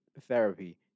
therapy